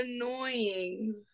annoying